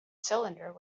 cylinder